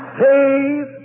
save